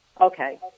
Okay